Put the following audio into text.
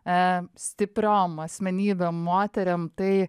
stipriom asmenybėm moterim tai